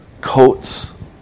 coats